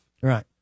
right